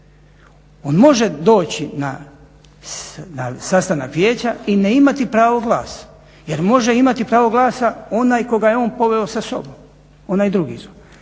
On može doći na sastanak vijeća i ne imati pravo glasa jer može imati pravo glasa onaj koga je on poveo sa sobom, onaj drugi.